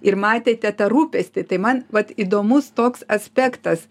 ir matėte tą rūpestį tai man vat įdomus toks aspektas